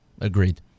Agreed